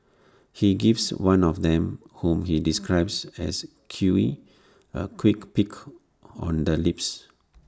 he gives one of them whom he describes as queer A quick peck on the lips